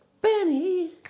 Benny